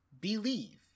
believe